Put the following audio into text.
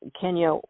Kenya